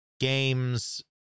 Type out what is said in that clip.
Games